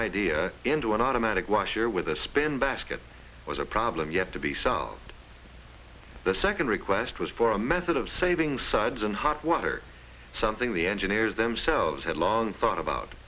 idea into an automatic washer with a spin basket was a problem you have to be solved the second request was for a method of saving suds and hot water something the engineers themselves had long thought about